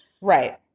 Right